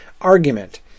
argument